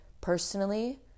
personally